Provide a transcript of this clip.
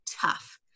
tough